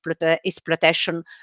exploitation